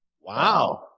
Wow